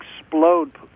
explode